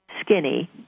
skinny